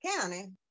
County